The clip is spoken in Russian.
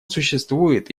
существует